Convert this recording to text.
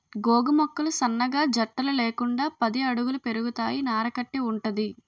గోగు మొక్కలు సన్నగా జట్టలు లేకుండా పది అడుగుల పెరుగుతాయి నార కట్టి వుంటది